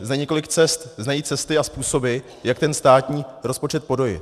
Za několik cest znají cesty a způsoby, jak ten státní rozpočet podojit.